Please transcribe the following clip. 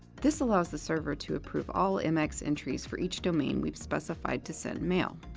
this allows the server to approve all mx entries for each domain we've specified to send mail.